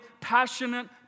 passionate